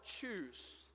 choose